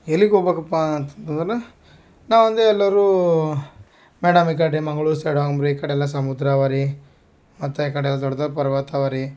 ಎಲ್ಲಿಗೆ ಹೋಗ್ಬೇಕಪ್ಪ ಅಂತಂದ್ರೆ ನಾವು ಅಂದೇ ಎಲ್ಲರೂ ಮೇಡಮ್ ಈ ಕಡೆ ಮಂಗ್ಳೂರು ಸೈಡ್ ಹೋಗೋಮ್ಬ್ರಿ ಈ ಕಡೆಯೆಲ್ಲಾ ಸಮುದ್ರ ಅವೆ ರೀ ಮತ್ತು ಈ ಕಡೆ ದೊಡ್ದ ಪರ್ವತ ಅವೆ ರೀ